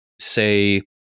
say